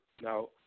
Now